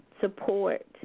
support